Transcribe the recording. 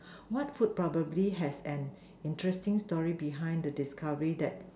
what food probably has an interesting story behind the discovery that